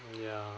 ya